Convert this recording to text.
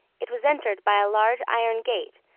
it was entered by a large iron gate,